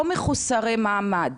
או מחוסרי מעמד,